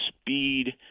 speed